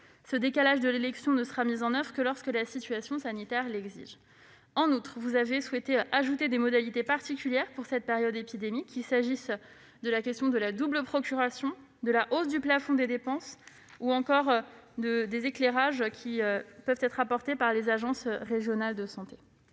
Ce décalage de l'élection ne sera mis en oeuvre que lorsque la situation sanitaire l'exigera. Vous avez souhaité ajouter des modalités particulières pour cette période épidémique, qu'il s'agisse du dispositif de double procuration, de la hausse du plafond des dépenses ou encore des éclairages qui peuvent être apportés par les agences régionales de santé.